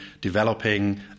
developing